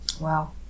Wow